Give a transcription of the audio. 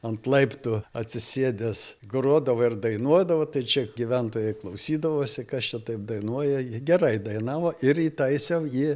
ant laiptų atsisėdęs grodavo ir dainuodavo tai čia gyventojai klausydavosi kas čia taip dainuoja gerai dainavo ir įtaisiau jį